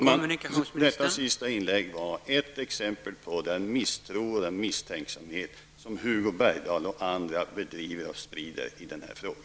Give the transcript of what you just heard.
Herr talman! Detta sista inlägg var ett exempel på den misstro och misstänksamhet som Hugo Bergdahl och andra sprider i denna fråga.